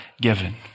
given